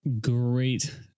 great